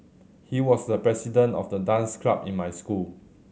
he was the president of the dance club in my school